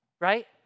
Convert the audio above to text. right